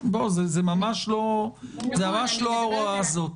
זה ממש לא ההוראה הזאת.